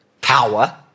Power